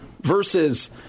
versus